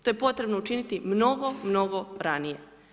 To je potrebno učiniti mnogo mnogo ranije.